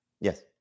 Yes